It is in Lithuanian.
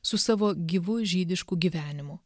su savo gyvu žydišku gyvenimu